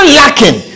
lacking